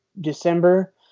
December